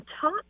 top